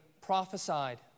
prophesied